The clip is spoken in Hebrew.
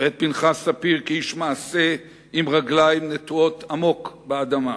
ואת פנחס ספיר כאיש מעשה עם רגליים נטועות עמוק באדמה.